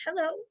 hello